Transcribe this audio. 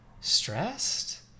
stressed